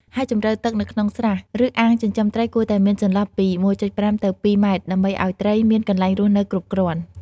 ហើយជម្រៅទឹកនៅក្នុងស្រះ ឬអាងចិញ្ចឹមត្រីគួរតែមានចន្លោះពី ១.៥ ទៅ ២ ម៉ែត្រ ដើម្បីឲ្យត្រីមានកន្លែងរស់នៅគ្រប់គ្រាន់។